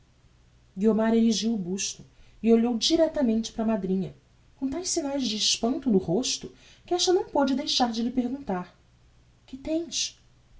guiomar erigiu o busto e olhou direitamente para a madrinha com taes signaes de espanto no rosto que esta não poude deixar de lhe perguntar que tens